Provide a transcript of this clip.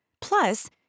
Plus